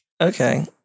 Okay